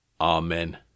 Amen